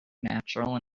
natural